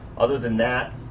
other than that,